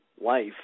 life